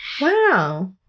Wow